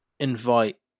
invite